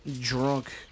drunk